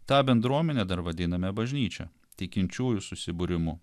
tą bendruomenę dar vadiname bažnyčia tikinčiųjų susibūrimu